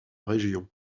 région